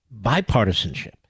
bipartisanship